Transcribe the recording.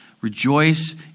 Rejoice